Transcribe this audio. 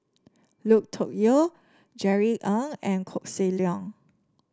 Lui Tuck Yew Jerry Ng and Koh Seng Leong